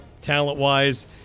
talent-wise